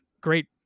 great